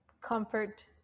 comfort